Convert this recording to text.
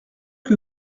que